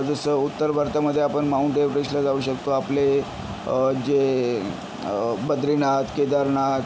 जसं उत्तर भारतामध्ये आपण माऊंट एवरेशला जाऊ शकतो आपले जे बद्रीनाथ केदारनाथ